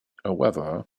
however